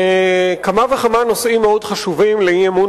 כמה וכמה נושאים מאוד חשובים לאי-אמון